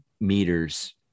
meters